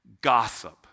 gossip